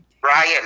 Brian